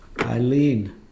Eileen